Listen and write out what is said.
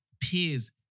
peers